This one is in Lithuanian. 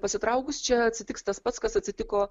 pasitraukus čia atsitiks tas pats kas atsitiko